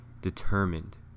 Determined